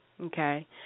Okay